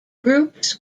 groups